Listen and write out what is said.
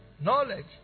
Knowledge